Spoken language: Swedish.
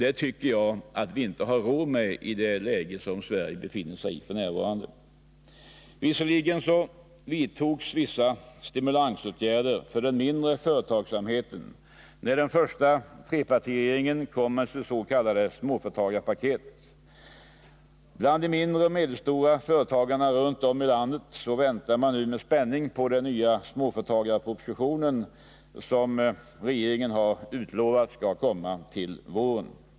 Det tycker jag att vi inte har råd med. Vissa stimulansåtgärder för den mindre företagsamheten vidtogs när den första trepartiregeringen kom med sitt s.k. småföretagarpaket. De mindre och medelstora företagarna runt om i landet väntar nu med spänning på den nya småföretagarproposition som regeringen har lovat skall komma till våren.